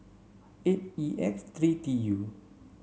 eight E X three T U